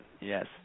yes